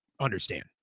understand